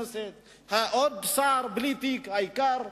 ייתן עוד צ'ופר לעוד חבר הכנסת,